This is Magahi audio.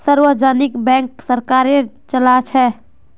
सार्वजनिक बैंक सरकार चलाछे